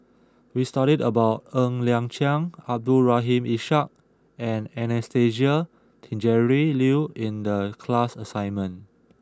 We studied about Ng Liang Chiang Abdul Rahim Ishak and Anastasia Tjendri Liew in the class assignment